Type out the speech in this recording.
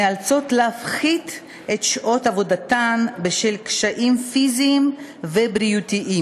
נאלצות להפחית את שעות עבודתן בשל קשים פיזיים ובריאותיים.